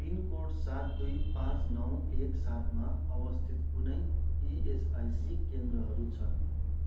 pin code सात दुई पाँच नौ एक सातमा अवस्थित कुनै इएसआइसी केन्द्रहरू छन्